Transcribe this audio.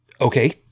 Okay